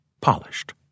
polished